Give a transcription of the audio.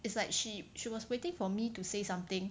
it's like she she was waiting for me to say something